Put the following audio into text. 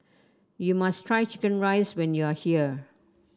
you must try chicken rice when you are here